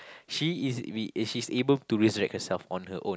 she is she's able to resurrect herself on her own